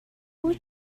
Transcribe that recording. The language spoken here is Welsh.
wyt